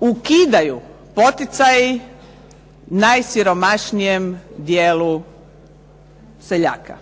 ukidaju poticaji najsiromašnijem dijelu seljaka.